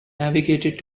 navigated